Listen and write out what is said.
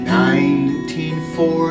1940